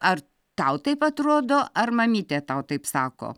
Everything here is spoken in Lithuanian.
ar tau taip atrodo ar mamytė tau taip sako